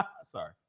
Sorry